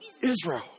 Israel